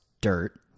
dirt